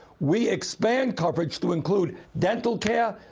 we expand coverage to include tonto care,